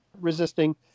resisting